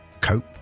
cope